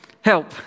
help